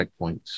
Checkpoints